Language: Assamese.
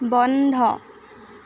বন্ধ